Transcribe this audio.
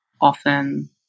often